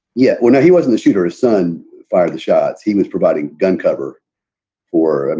yeah. when he wasn't the shooter, his son fired the shots he was providing gun cover for.